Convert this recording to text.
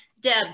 Deb